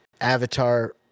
Avatar